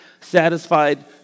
satisfied